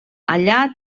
allà